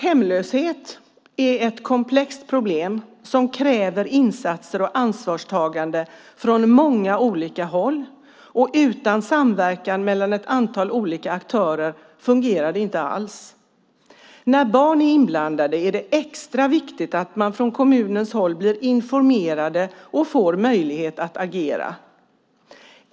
Hemlöshet är ett komplext problem som kräver insatser och ansvarstagande från många olika håll, och utan samverkan mellan ett antal olika aktörer fungerar det inte alls. När barn är inblandade är det extra viktigt att man från kommunens håll blir informerad och får möjlighet att agera.